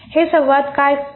हे संवाद काय आहेत